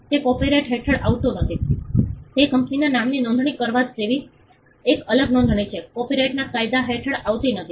તે કોપિરાઇટ હેઠળ આવતું નથી તે કંપનીના નામની નોંધણી કરવા જેવી એક અલગ નોંધણી છે કોપિરાઇટ કાયદા હેઠળ આવતી નથી